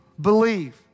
believe